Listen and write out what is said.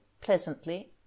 pleasantly